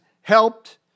helped